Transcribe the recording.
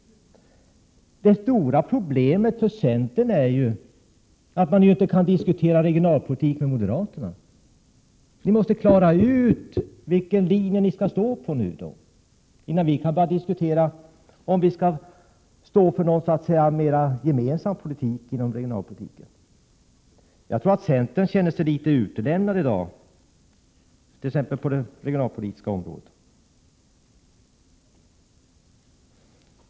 Det stora problemet för centern är att man inte kan diskutera regionalpolitik med moderaterna. Ni måste klara ut vilken linje ni skall följa, innan vi kan börja diskutera om vi skall stå för någon gemensam linje inom regionalpolitiken. Jag tror att centern känner sig litet utelämnad i dag t.ex. på det regionalpolitiska området.